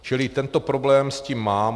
Čili tento problém s tím mám.